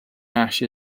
ash